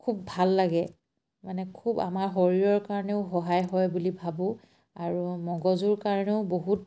খুব ভাল লাগে মানে খুব আমাৰ শৰীৰৰ কাৰণেও সহায় হয় বুলি ভাবোঁ আৰু মগজুৰ কাৰণেও বহুত